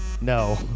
no